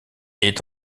est